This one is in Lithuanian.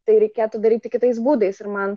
tai reikėtų daryti kitais būdais ir man